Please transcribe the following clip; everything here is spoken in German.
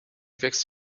wächst